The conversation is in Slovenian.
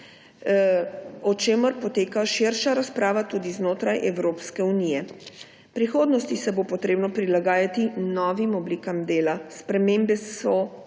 o čemer poteka širša razprava tudi znotraj Evropske unije. V prihodnosti se bo treba prilagoditi novim oblikam dela. Spremembe so